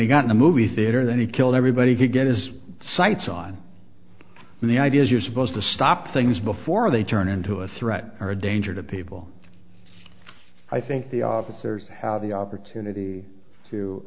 he got in a movie theater then he killed everybody to get his sights on the ideas you're supposed to stop things before they turn into a threat or a danger to people i think the officer had the opportunity to